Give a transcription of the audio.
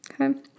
okay